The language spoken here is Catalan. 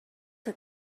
que